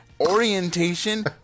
orientation